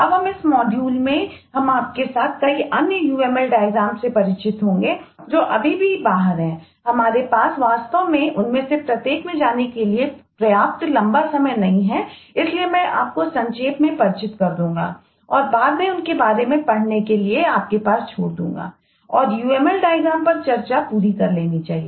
अब इस मॉड्यूल पर चर्चा पूरी कर लेनी चाहिए